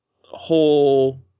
whole –